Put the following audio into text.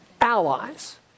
allies